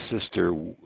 sister